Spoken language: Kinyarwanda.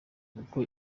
kuko